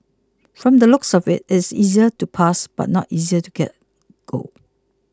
from the looks of it it is easier to pass but not easier to get gold